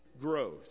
growth